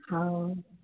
हाँ